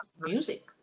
music